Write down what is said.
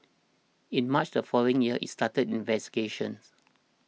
in March the following year it started investigations